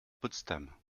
potsdam